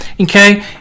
Okay